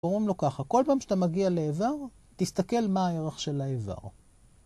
קוראים לו ככה, כל פעם שאתה מגיע לאיבר, תסתכל מה הערך של האיבר.